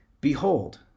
Behold